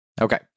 Okay